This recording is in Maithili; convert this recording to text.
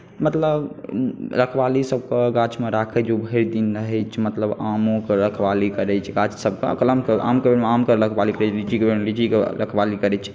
मतलब रखवालीसभकेँ गाछमे राखैत छी भरि दिन रहैत छी मतलब आमोके रखवाली करैत छी गाछसभके कलमके आमके ओहिमे आमके रखवाली करैत छी लीचीके रखवाली करैत छी